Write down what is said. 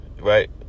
right